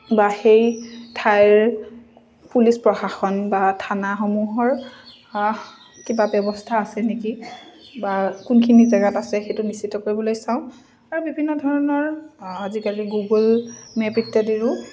বা সেই ঠাইৰ পুলিচ প্ৰশাসন বা থানাসমূহৰ কিবা ব্যৱস্থা আছে নেকি বা কোনখিনি জেগাত আছে সেইটো নিশ্চিত কৰিবলৈ চাওঁ আৰু বিভিন্ন ধৰণৰ আজিকালি গুগল মেপ ইত্যাদিৰো